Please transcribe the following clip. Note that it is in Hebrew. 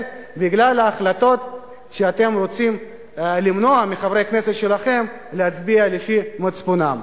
בגלל ההחלטות שאתם רוצים למנוע מחברי כנסת שלכם להצביע לפי מצפונם.